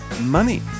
money